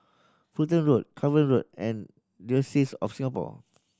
Fulton Road Cavan Road and Diocese of Singapore